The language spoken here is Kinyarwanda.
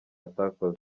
atakoze